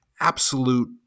absolute